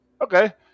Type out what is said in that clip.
okay